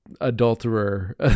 Adulterer